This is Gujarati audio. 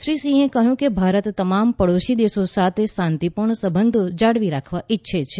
શ્રી સિંહે કહ્યું કે ભારત તમામ પાડોશી દેશો સાથે શાંતિપૂર્ણ સંબંધો જાળવી રાખવા ઇચ્છે છે